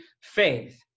faith